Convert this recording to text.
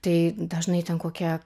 tai dažnai ten kokie